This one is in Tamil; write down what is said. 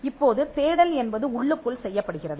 இப்போது தேடல் என்பது உள்ளுக்குள் செய்யப்படுகிறது